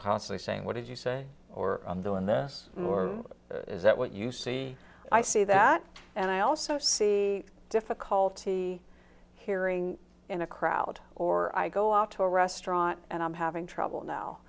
possibly saying what did you say or the in this or is that what you see i see that and i also see difficulty hearing in a crowd or i go out to a restaurant and i'm having trouble now